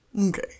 Okay